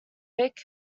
thick